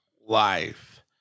life